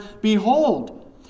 Behold